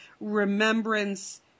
remembrance